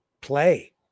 play